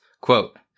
quote